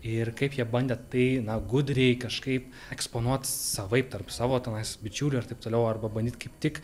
ir kaip jie bandė tai na gudriai kažkaip eksponuot savaip tarp savo tenais bičiulių ir taip toliau arba bandyt kaip tik